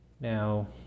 Now